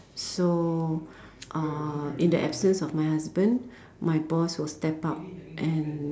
so uh in the absence of my husband my boss will step up and